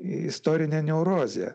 istorinė neurozė